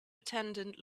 attendant